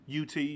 UT